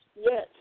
Yes